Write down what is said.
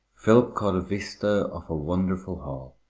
philip caught a vista of a wonderful hall,